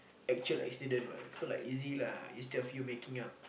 actual accident what so like easy lah instead of you making up